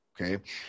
Okay